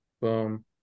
Boom